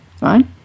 right